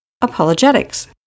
apologetics